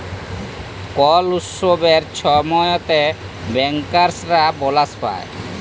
call উৎসবের ছময়তে ব্যাংকার্সরা বলাস পায়